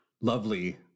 lovely